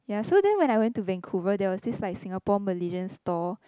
ya so then when I went to Vancouver there was dish like Singapore Malaysian store